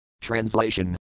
Translation